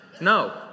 No